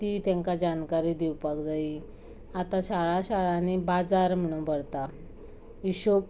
ती तेंकां जानकारी दिवपाक जायी आतां शाळा शाळांनी बाजार म्हणून भरता हिशोब